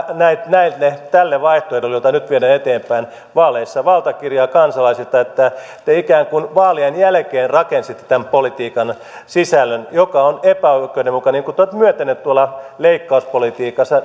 tälle tälle vaihtoehdolle jota nyt viedään eteenpäin vaaleissa valtakirjaa kansalaisilta te ikään kuin vaalien jälkeen rakensitte tämän politiikan sisällön joka on epäoikeudenmukainen niin kuin te olette myöntäneet leikkauspolitiikan